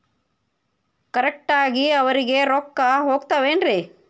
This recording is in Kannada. ಕರೆಕ್ಟ್ ಆಗಿ ಅವರಿಗೆ ರೊಕ್ಕ ಹೋಗ್ತಾವೇನ್ರಿ?